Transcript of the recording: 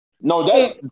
No